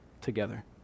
together